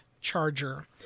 Charger